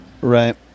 Right